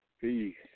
Peace